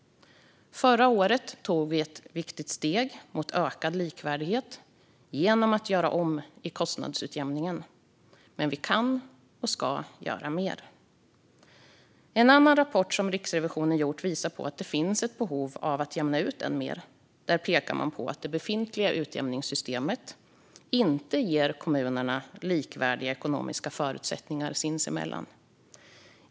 Förra året tog vi ett viktigt steg mot ökad likvärdighet genom att göra om i kostnadsutjämningen. Men vi kan och ska göra mer. En annan rapport från Riksrevisionen visar på att det finns ett behov av att jämna ut än mer. Där pekar man på att det befintliga utjämningssystemet inte ger kommunerna likvärdiga ekonomiska förutsättningar sinsemellan.